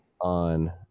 on